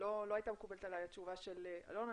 לא הייתה מקובלת עלי התשובה של אלון,